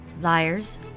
Liars